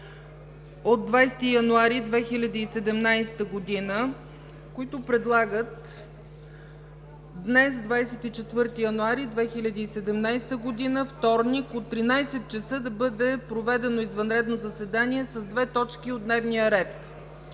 от 20 януари 2017 г., които предлагат днес – 24 януари 2017 г., вторник, от 13,00 ч. да бъде проведено извънредно заседание с две точки от дневния ред: